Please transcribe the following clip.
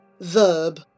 Verb